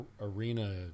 Arena